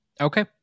Okay